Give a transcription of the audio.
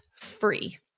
free